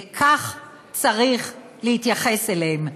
וכך צריך להתייחס אליהם.